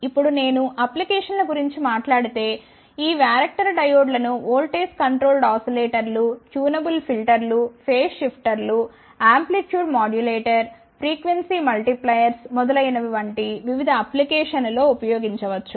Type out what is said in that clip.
ఇప్పుడు నేను అప్లికేషన్ ల గురించి మాట్లాడితే ఈ వ్యరక్టర్ డయోడ్లను వోల్టేజ్ కంట్రోల్డ్ ఆసిలేటర్లు ట్యూనబుల్ ఫిల్టర్లు ఫేజ్ షిఫ్టర్లు amplitude modulator frequency multipliers మొదలైనవి వంటి వివిధ అప్లికేషన్ లలో ఉపయోగించవచ్చు